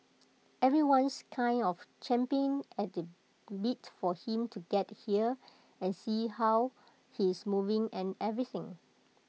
everyone's kind of champing at the bit for him to get here and see how he's moving and everything